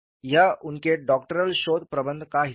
यह उनके डॉक्टरल शोध प्रबंध का हिस्सा था